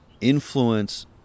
influence